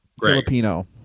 Filipino